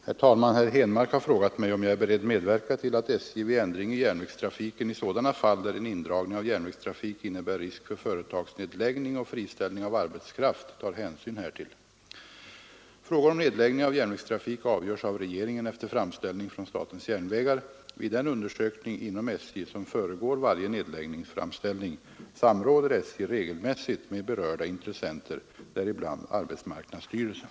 Herr talman! Herr Henmark har frågat mig om jag är beredd att medverka till att SJ vid ändring i järnvägstrafiken i sådana fall där en indragning av järnvägstrafik innebär risk för företagsnedläggning och friställning av arbetskraft tar hänsyn härtill. Frågor om nedläggning av järnvägstrafik avgörs av regeringen efter framställning från statens järnvägar. Vid den undersökning inom SJ som föregår varje nedläggningsframställning samråder SJ regelmässigt med berörda intressenter, däribland arbetsmarknadsstyrelsen.